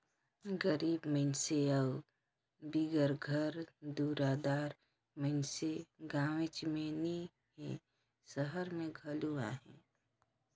गरीब मइनसे अउ बिगर घर दुरा दार मइनसे गाँवेच में नी हें, सहर में घलो अहें